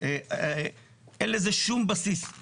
אין לזה שום בסיס,